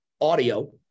Audio